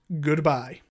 goodbye